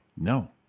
No